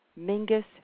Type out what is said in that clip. Mingus